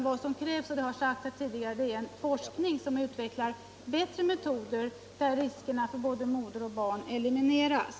Vad som krävs — det har sagts tidigare — är en forskning som utvecklar bättre metoder, där riskerna för både moder och barn elimineras.